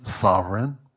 sovereign